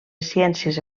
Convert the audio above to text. ciències